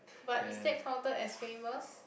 but is that counted as famous